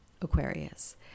Aquarius